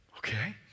Okay